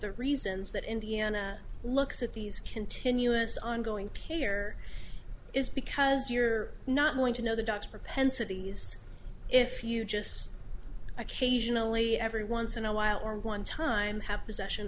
the reasons that indiana looks at these continuous ongoing care is because you're not going to know the dogs propensity is if you just occasionally every once in a while or one time have pos